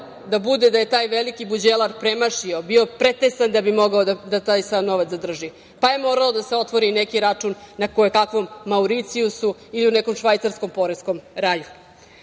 da bude da je taj veliki buđelar premašio, bio pretesan da bi mogao da taj sav novac zadrži, pa je moralo da se otvori i neki račun na kojekakvom Mauricijusu ili u nekom švajcarskom poreskom